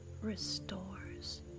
restores